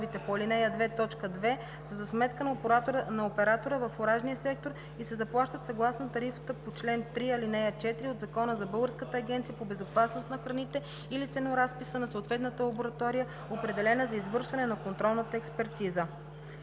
сметка на оператора във фуражния сектор и се заплащат съгласно тарифата по чл. 3, ал. 4 от Закона за Българската агенция по безопасност на храните или ценоразписа на съответната лаборатория, определена за извършване на контролната експертиза.“